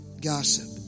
gossip